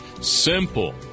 Simple